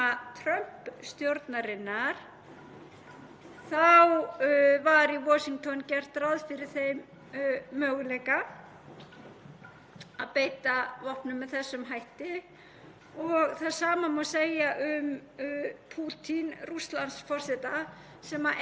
að beita vopnum með þessum hætti og það sama má segja um Pútín Rússlandsforseta sem einnig hefur nefnt möguleikann á beitingu kjarnorkuvopna í innrásarstríðinu í Úkraínu.